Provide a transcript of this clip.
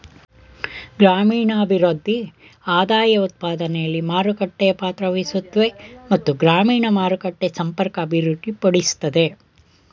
ಗ್ರಾಮೀಣಭಿವೃದ್ಧಿ ಆದಾಯಉತ್ಪಾದನೆಲಿ ಮಾರುಕಟ್ಟೆ ಪಾತ್ರವಹಿಸುತ್ವೆ ಮತ್ತು ಗ್ರಾಮೀಣ ಮಾರುಕಟ್ಟೆ ಸಂಪರ್ಕ ಅಭಿವೃದ್ಧಿಪಡಿಸ್ತದೆ